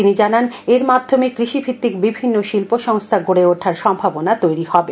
তিনি জানান এর মাধ্যমে কৃষিভিত্তিক বিভিন্ন শিল্প সংস্থা গডে উঠার সম্ভাবনা তৈরী হবে